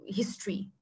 history